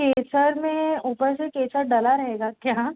केसर में ऊपर से केसर डला रहेगा क्या